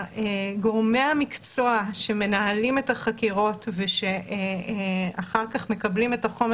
גורמי המקצוע שמנהלים את החקירות ושאחר כך מקבלים את החומר